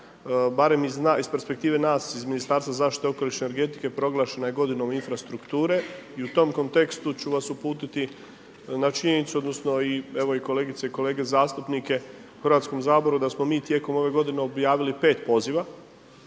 barem iz perspektive nas iz Ministarstva zaštite okoliša i energetike proglašena je godinom infrastrukture i u tom kontekstu ću vas uputiti na činjenicu, odnosno evo i kolegice i kolege zastupnike u Hrvatskom saboru da smo mi tijekom ove godine objavili 5 poziva,